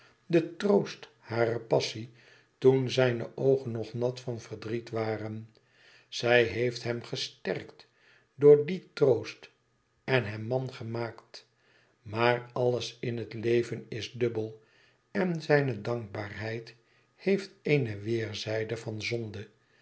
den troost harer passie toen zijne oogen nog nat van verdriet waren zij heeft hem gesterkt door dien troost en hem man gemaakt maar alles in het leven is dubbel en zijne dankbaarheid heeft eene weêrzijde van zonde